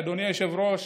אדוני היושב-ראש,